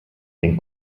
den